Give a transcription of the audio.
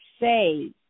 say